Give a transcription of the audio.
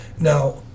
Now –